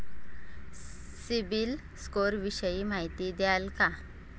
CIBIL score विषयी माहिती द्याल का?